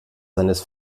seines